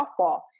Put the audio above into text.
softball